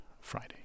Friday